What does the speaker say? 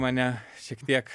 mane šiek tiek